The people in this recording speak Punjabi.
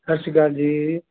ਸਤਿ ਸ਼੍ਰੀ ਅਕਾਲ ਜੀ